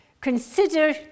consider